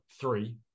three